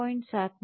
9 ते 0